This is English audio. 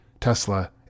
Tesla